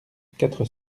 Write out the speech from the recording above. quatre